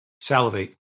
salivate